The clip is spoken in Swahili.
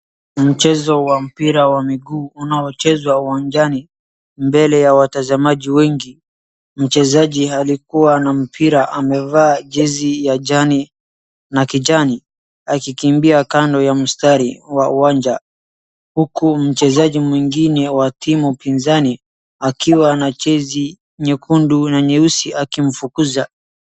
Mchezo wa mpira wa mguu unaochezwa uwanjani, mbele ya watazamaji wengi, Mchezaji alikuwa na mpira amevaa jezi ya jani na kijani, akikimbia kando ya mstari wa uwanja huku mchezaji mwingine wa timu pinzani akiwa na jezi nyekundu na nyeusi akimfukuza.